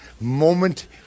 moment